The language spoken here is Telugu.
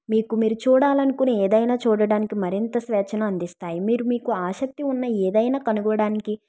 మీకు మీరు చూడాలనుకొనే ఏదైనా చూడడానికి మరెంతో స్వేఛ్చను అందిస్తాయి మీరు మీకు ఆసక్తి ఉన్న ఏదైనా కనుగొనడానికి